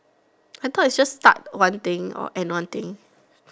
I thought it's just start one thing or end one thing